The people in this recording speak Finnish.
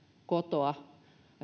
kotoa